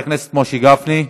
חבר הכנסת משה גפני.